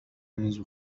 منذ